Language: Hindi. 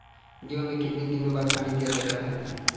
गेहूँ में कितने दिनों बाद पानी दिया जाता है?